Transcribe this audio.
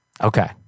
Okay